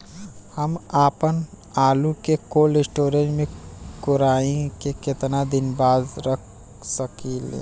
हम आपनआलू के कोल्ड स्टोरेज में कोराई के केतना दिन बाद रख साकिले?